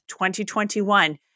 2021